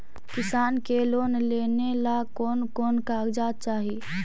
किसान के लोन लेने ला कोन कोन कागजात चाही?